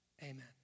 Amen